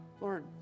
Lord